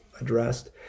addressed